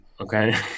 okay